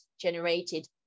generated